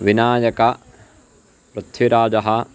विनायकः पृथिविराजः